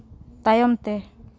ᱛᱟᱭᱚᱢ ᱛᱮ